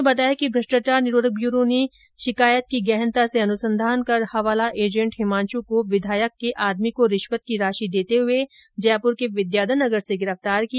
उन्होंने बताया कि भ्रष्टाचार निरोधक ब्यूरो ने शिकायत की गहनता से अनुसंधान कर हवाला एजेन्ट हिमांशु को विधायक के आदमी को रिश्वत की राशि देते हुए जयपुर के विद्याधर नगर से गिरफ्तार किया